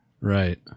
Right